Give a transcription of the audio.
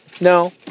No